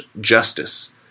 justice